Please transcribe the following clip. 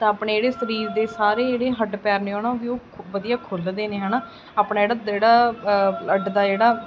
ਤਾਂ ਆਪਣੇ ਜਿਹੜੇ ਸਰੀਰ ਦੇ ਸਾਰੇ ਜਿਹੜੇ ਹੱਡ ਪੈਰ ਨੇ ਹੈ ਨਾ ਵੀ ਉਹ ਵਧੀਆ ਖੁੱਲ੍ਹਦੇ ਨੇ ਹੈ ਨਾ ਆਪਣਾ ਜਿਹੜਾ ਦੇੜਾ ਅੱਡ ਦਾ ਜਿਹੜਾ